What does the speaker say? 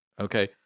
Okay